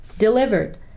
Delivered